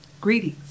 Greetings